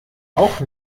auch